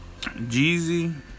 jeezy